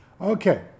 Okay